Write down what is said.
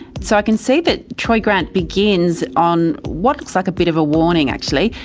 so i can see that troy grant begins on what looks like a bit of a warning, actually.